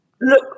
Look